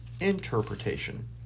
interpretation